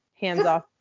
hands-off